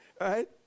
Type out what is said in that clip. right